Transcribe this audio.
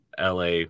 LA